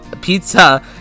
Pizza